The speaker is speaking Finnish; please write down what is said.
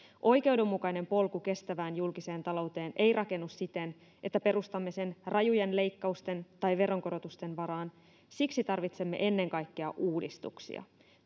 oikeudenmukainen polku kestävään julkiseen talouteen ei rakennu siten että perustamme sen rajujen leikkausten tai veronkorotusten varaan siksi tarvitsemme ennen kaikkea uudistuksia